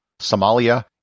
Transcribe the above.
Somalia